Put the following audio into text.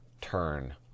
turn